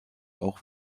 auch